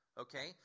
okay